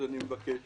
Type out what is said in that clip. אני מבקש